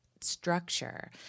structure